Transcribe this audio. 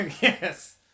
yes